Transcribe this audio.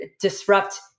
disrupt